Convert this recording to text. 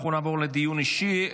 אנחנו נעבור לדיון אישי.